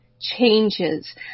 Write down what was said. changes